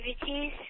activities